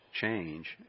change